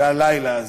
והלילה הזה,